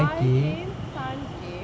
boy came sun came